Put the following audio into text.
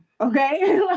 okay